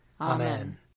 Amen